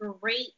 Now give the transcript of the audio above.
great